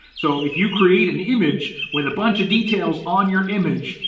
so if you create an image with a bunch of details on your image,